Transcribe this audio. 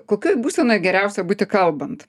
kokioj būsenoj geriausia būti kalbant